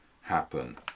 happen